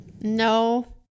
No